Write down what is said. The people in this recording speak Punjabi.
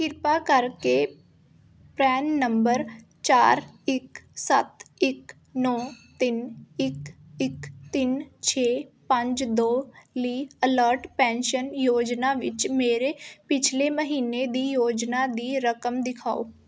ਕਿਰਪਾ ਕਰਕੇ ਪਰੈਨ ਨੰਬਰ ਚਾਰ ਇੱਕ ਸੱਤ ਇੱਕ ਨੌਂ ਤਿੰਨ ਇੱਕ ਇੱਕ ਤਿੰਨ ਛੇ ਪੰਜ ਦੋ ਲਈ ਅਟਲ ਪੈਨਸ਼ਨ ਯੋਜਨਾ ਵਿੱਚ ਮੇਰੇ ਪਿਛਲੇ ਮਹੀਨੇ ਦੀ ਯੋਜਨਾ ਦੀ ਰਕਮ ਦਿਖਾਓ